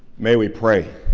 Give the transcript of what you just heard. may we pray.